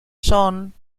son